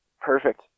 Perfect